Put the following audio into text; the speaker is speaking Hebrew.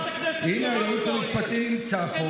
הינה, הייעוץ המשפטי נמצא פה.